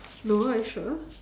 no are you sure